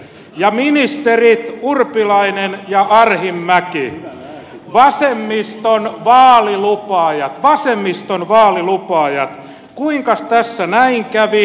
ja ministerit urpilainen ja arhinmäki vasemmiston vaalilupaajat vasemmiston vaalilupaajat kuinkas tässä näin kävi